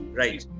right